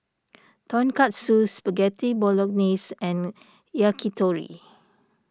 Tonkatsu Spaghetti Bolognese and Yakitori